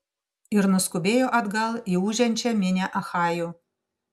ir nuskubėjo atgal į ūžiančią minią achajų